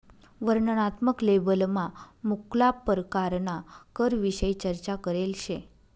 वर्णनात्मक लेबलमा मुक्ला परकारना करविषयी चर्चा करेल शे